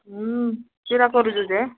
କିଟା କରୁଚୁ ଯେ